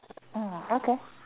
mm okay